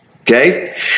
Okay